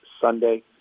Sunday